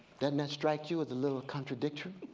that and and strike you as a little contradictory?